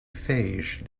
phage